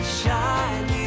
shine